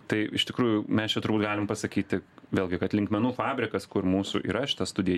tai iš tikrųjų mes čia galim pasakyti vėlgi kad linkmenų fabrikas kur mūsų yra šita studija